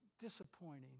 disappointing